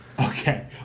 Okay